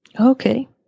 Okay